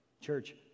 Church